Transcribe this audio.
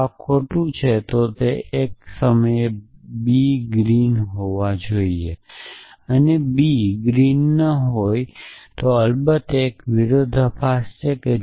જો આ ખોટું છે તો તે એક જ સમયે b ગ્રીન હોવા જોઈએ અને b ગ્રીન ન હોવો જોઈએ અને અલબત્ત એક વિરોધાભાસ છે